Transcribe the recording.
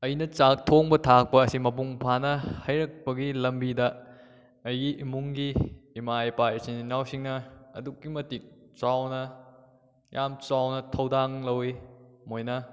ꯑꯩꯅ ꯆꯥꯛ ꯊꯣꯡꯕ ꯊꯥꯛꯄ ꯑꯁꯤ ꯃꯄꯨꯡ ꯐꯥꯅ ꯍꯩꯔꯛꯄꯒꯤ ꯂꯝꯕꯤꯗ ꯑꯩꯒꯤ ꯏꯃꯨꯡꯒꯤ ꯏꯃꯥ ꯏꯄꯥ ꯏꯆꯤꯟ ꯏꯅꯥꯎꯁꯤꯡꯅ ꯑꯗꯨꯛꯀꯤ ꯃꯇꯤꯛ ꯆꯥꯎꯅ ꯌꯥꯝ ꯆꯥꯎꯅ ꯊꯧꯗꯥꯡ ꯂꯧꯏ ꯃꯣꯏꯅ